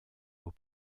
aux